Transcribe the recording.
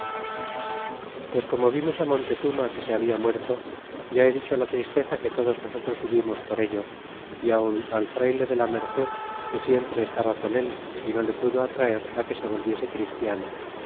pues como vimos á montezuma que se habia muerto ya he dicho la tristeza que todos nosotros hubimos por ello y aun al frayle de la merced que siempre estaba con él y no le pudo atraer que se volviese christiano